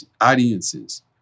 audiences